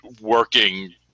working